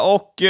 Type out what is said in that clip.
Och